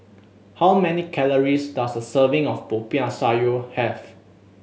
how many calories does a serving of Popiah Sayur have